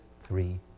three